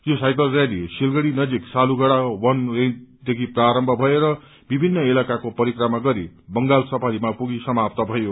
यो cycle rally Siliguri नजिक सालुगढ़ा वन रेंजदेखि प्रारम्भ भएर विभिन्न इलाकाको परिक्रमा गरी बंगाल सफारीमा पुगी समात भयो